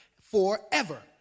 forever